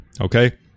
Okay